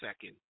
second